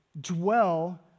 dwell